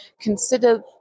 consider